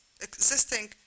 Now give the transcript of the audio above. existing